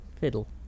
Fiddle